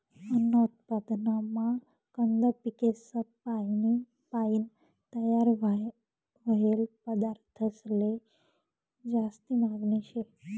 अन्न उत्पादनमा कंद पिकेसपायीन तयार व्हयेल पदार्थंसले जास्ती मागनी शे